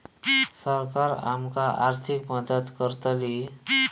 सरकार आमका आर्थिक मदत करतली?